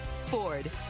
Ford